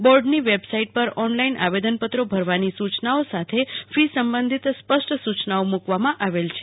બોડની website પર online આવેદનપત્રો ભરવાની સુચનાઓ સાથે ફી સંબંધિત સ્પષ્ટ સુચનાઓ મુકવામાં આવેલ છે